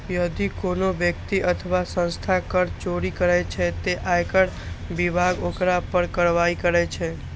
यदि कोनो व्यक्ति अथवा संस्था कर चोरी करै छै, ते आयकर विभाग ओकरा पर कार्रवाई करै छै